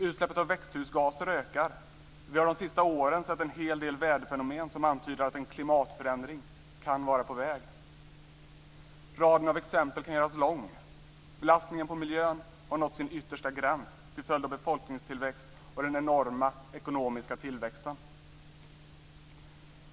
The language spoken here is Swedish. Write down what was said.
Utsläppet av växthusgaser ökar och vi har under de senaste åren sett en hel del väderfenomen som antyder att en klimatförändring kan vara på väg. Raden av exempel kan göras lång. Belastningen på miljön har nått sin yttersta gräns till följd av befolkningstillväxten och den enorma ekonomiska tillväxten.